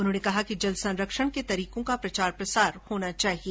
उन्होंने कहा कि जल संरक्षण के तरीकों का प्रचार प्रसार होना चाहिए